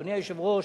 אדוני היושב-ראש,